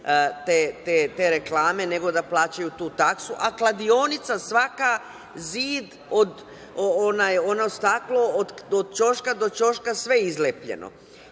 te reklame nego da plaćaju tu taksu, a kladionica svaka, zid, ono staklo od ćoška do ćoška sve je izlepljeno.